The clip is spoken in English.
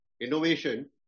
innovation